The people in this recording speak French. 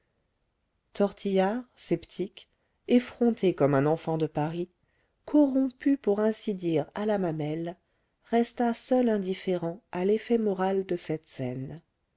tortillard sceptique effronté comme un enfant de paris corrompu pour ainsi dire à la mamelle resta seul indifférent à l'effet moral de cette scène